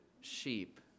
sheep